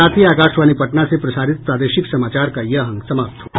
इसके साथ ही आकाशवाणी पटना से प्रसारित प्रादेशिक समाचार का ये अंक समाप्त हुआ